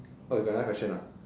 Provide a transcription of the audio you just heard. oh you got another question ah